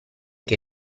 che